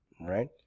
right